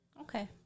Okay